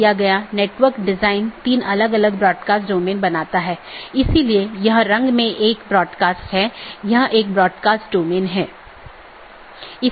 इसलिए दूरस्थ सहकर्मी से जुड़ी राउटिंग टेबल प्रविष्टियाँ अंत में अवैध घोषित करके अन्य साथियों को सूचित किया जाता है